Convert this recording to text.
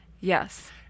Yes